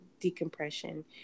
decompression